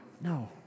No